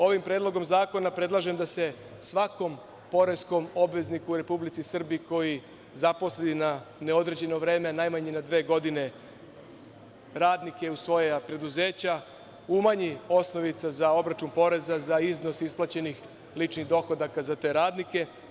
Ovim predlogom zakona predlažem da se svakom poreskom obvezniku u Republici Srbiji koji zaposli na neodređeno vreme, najmanje na dve godine, radnike u svoja preduzeća, umanji osnovica za obračun poreza za iznos isplaćenih ličnih dohodaka za te radnike.